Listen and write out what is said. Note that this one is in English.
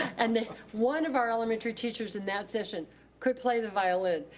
and then one of our elementary teachers in that session could play the violin,